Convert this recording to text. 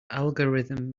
algorithm